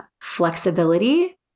flexibility